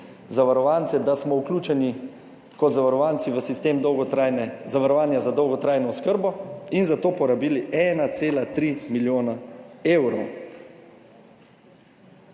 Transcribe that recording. zavarovance, da smo vključeni kot zavarovanci v sistem dolgotrajne, zavarovanja za dolgotrajno oskrbo in za to porabili 1,3 milijona evrov.